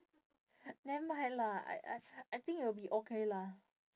nevermind lah I I I think it will be okay lah